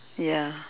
ya